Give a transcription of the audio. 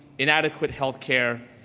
inadequate healthcare,